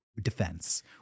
defense